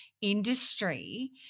industry